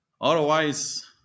Otherwise